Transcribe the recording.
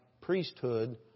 priesthood